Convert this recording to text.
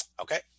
Okay